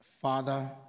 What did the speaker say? Father